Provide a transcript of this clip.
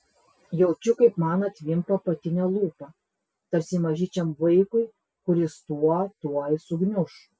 jaučiu kaip man atvimpa apatinė lūpa tarsi mažyčiam vaikui kuris tuo tuoj sugniuš